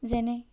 যেনে